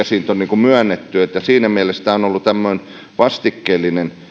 siitä on myönnetty siinä mielessä tämä on ollut tämmöinen vastikkeellinen